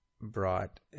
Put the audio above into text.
brought